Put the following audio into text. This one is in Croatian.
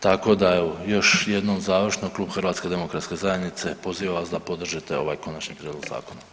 Tako da evo još jednom završno Klub HDZ-a poziva vas da podržite ovaj konačni prijedlog zakona.